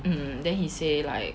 mmhmm then he say like